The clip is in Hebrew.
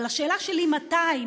אבל השאלה שלי: מתי?